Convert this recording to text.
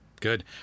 Good